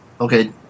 Okay